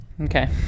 Okay